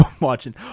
watching